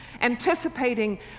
anticipating